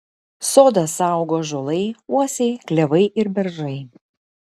sodą saugo ąžuolai uosiai klevai ir beržai